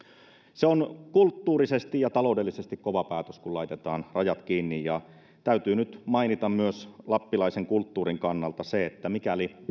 se on kulttuurisesti ja taloudellisesti kova päätös kun laitetaan rajat kiinni ja täytyy nyt mainita myös lappilaisen kulttuurin kannalta se että mikäli